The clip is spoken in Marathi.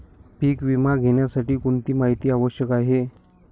पीक विमा घेण्यासाठी कोणती माहिती आवश्यक आहे?